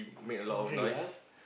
hungry ah